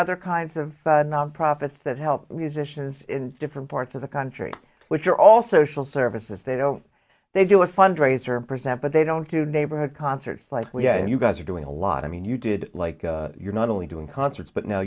other kinds of nonprofits that help these issues in different parts of the country which are all social services they don't they do a fundraiser present but they don't do neighborhood concerts like you guys are doing a lot of mean you did like you're not only doing concerts but now